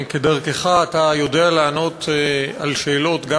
כדרכך אתה יודע לענות על שאלות גם